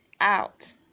out